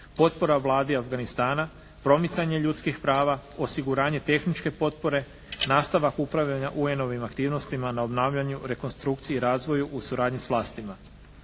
potpora Vladi Afganistana, promicanje ljudskih prava, osiguranje tehničke potpore, nastavak upravljanja UN-ovim aktivnostima na obnavljanju, rekonstrukciju, razvoju u suradnji s vlastima.